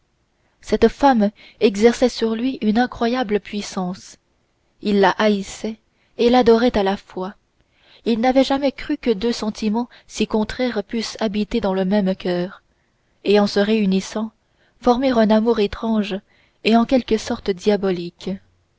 cette femme exerçait sur lui une incroyable puissance il la haïssait et l'adorait à la fois il n'avait jamais cru que deux sentiments si contraires pussent habiter dans le même coeur et en se réunissant former un amour étrange et en quelque sorte diabolique